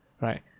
right